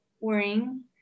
worrying